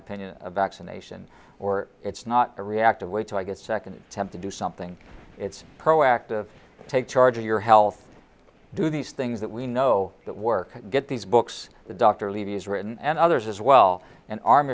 opinion a vaccination or it's not a reactive way to get second attempt to do something it's proactive take charge of your health do these things that we know that work get these books the dr levy has written and others as well and arm